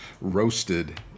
roasted